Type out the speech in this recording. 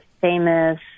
famous